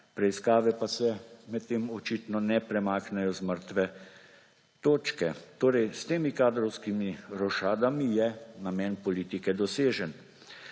preiskave pa se med tem očitno ne premaknejo z mrtve točke. Torej s temi kadrovskimi rošadami je namen politike dosežen.